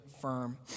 firm